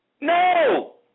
No